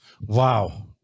Wow